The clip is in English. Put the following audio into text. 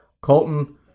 Colton